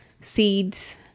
seeds